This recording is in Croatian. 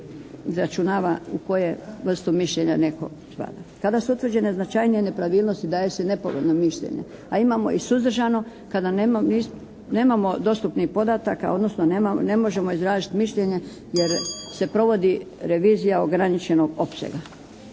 izračunava u koju vrstu mišljenje neko spada. Kada su utvrđene značajnije nepravilnosti daje se nepovoljno mišljenje. A imamo i suzdržano kada nemamo dostupnih podataka, odnosno ne možemo izraditi mišljenje jer se provodi revizija ograničenog opsega.